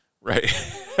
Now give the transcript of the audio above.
Right